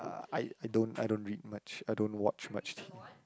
I I don't I don't read much I don't watch much